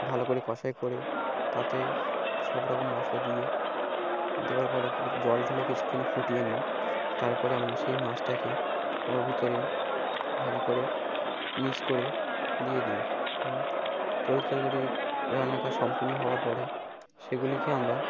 ভালো করে কষাই করে তাতে সব রকম মশলা দিয়ে দেওয়ার পরে জল ঢেলে কিছুক্ষন ফুটিয়ে নিই তারপরে আমরা সেই মাছটাকে ওর ভিতরে ভালো করে মিস করে দিয়ে দিই এবং তরি তরকারি রান্নাাক সম্পূর্ণ হওয়ার পরে সেগুলিকে আমরা